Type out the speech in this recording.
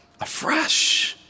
afresh